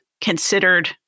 considered